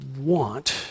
want